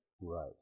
Right